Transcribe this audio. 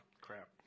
crap